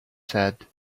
said